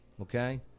Okay